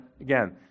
again